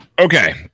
Okay